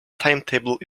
timetable